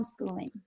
homeschooling